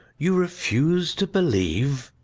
you refuse to believe.